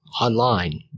online